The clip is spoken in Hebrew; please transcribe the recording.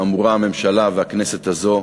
אדוני היושב-ראש,